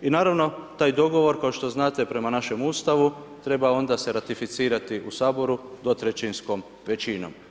I naravno taj dogovor kao što znate prema našem Ustavu treba onda se ratificirati u Saboru dvotrećinskom većinom.